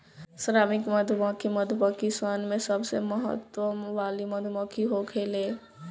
श्रमिक मधुमक्खी मधुमक्खी सन में सबसे महत्व वाली मधुमक्खी होखेले